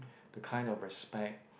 the kind of respect